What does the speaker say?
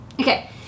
Okay